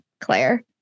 Claire